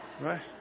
Right